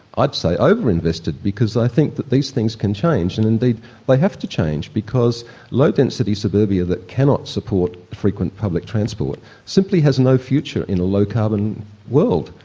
i'd say over-invested because i think that these things can change and indeed they have to change because low density suburbia that cannot support frequent public transport simply has no future in a low carbon world.